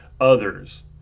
others